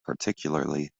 particularly